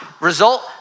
result